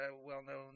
well-known